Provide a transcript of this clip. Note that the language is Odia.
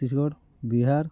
ଛତିଶଗଡ଼ ବିହାର